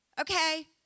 okay